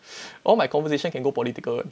all my conversation can go political [one]